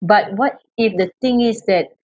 but what if the thing is that